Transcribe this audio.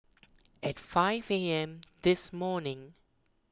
at five A M this morning